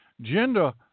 gender